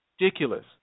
Ridiculous